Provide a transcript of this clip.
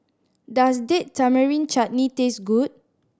does Date Tamarind Chutney taste good